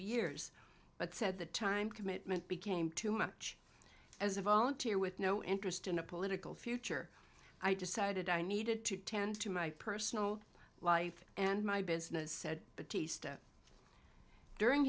years but said the time commitment became too much as a volunteer with no interest in a political future i decided i needed to tend to my personal life and my business said